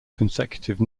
consecutive